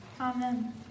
Amen